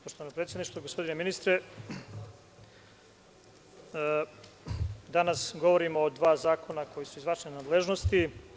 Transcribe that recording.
Poštovano predsedništvo, gospodine ministre, danas govorimo o dva zakona koja su iz vaše nadležnosti.